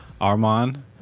Armand